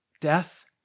Death